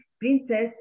princess